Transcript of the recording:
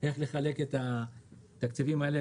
איך לחלק את התקציבים הללו,